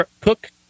cook